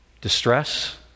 distress